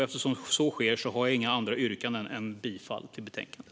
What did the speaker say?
Eftersom så sker yrkar jag inget annat än bifall till utskottets förslag.